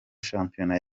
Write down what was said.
shampiyona